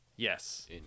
Yes